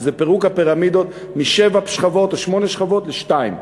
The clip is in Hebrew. שזה פירוק הפירמידות משבע שכבות או שמונה שכבות לשתיים.